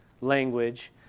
language